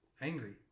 angry